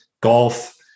golf